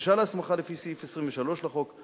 בקשה להסמכה לפי סעיף 23 לחוק,